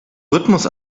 rhythmus